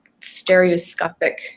stereoscopic